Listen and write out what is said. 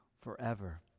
forever